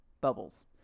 Bubbles